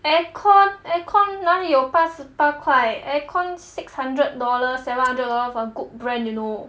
air con air con 哪里有八十八块 air con six hundred dollar seven hundred dollar for a good brand you know